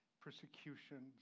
persecutions